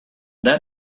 that